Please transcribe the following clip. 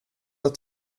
att